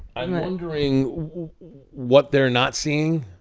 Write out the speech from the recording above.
i'm wondering what they're not seeing,